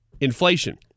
inflation